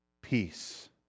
peace